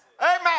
Amen